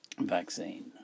Vaccine